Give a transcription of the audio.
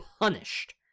punished